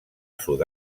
sud